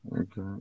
Okay